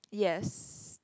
yes